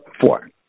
four